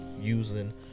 using